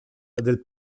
del